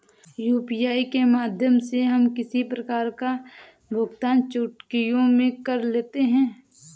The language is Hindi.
यू.पी.आई के माध्यम से हम किसी प्रकार का भुगतान चुटकियों में कर लेते हैं